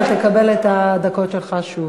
אתה תקבל את הדקות שלך שוב.